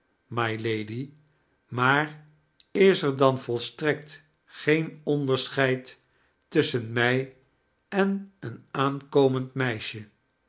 mylady maar is er dan volstrekt geen onderscheid tusschen mij en een aankomend meisje